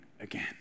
again